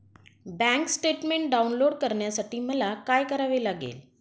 Bank statement download करण्यासाठी मला काय करावे लागेल?